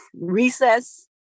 recess